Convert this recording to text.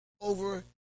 over